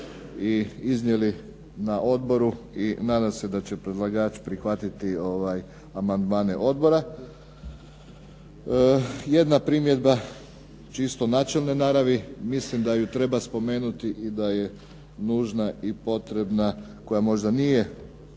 i iznijeli smo ih na odboru i nadam se da će predlagač prihvatiti amandmane odbora. Jedna primjedba čisto načelne naravi, mislim da ju treba spomenuti i da je nužna i potrebna koja možda nije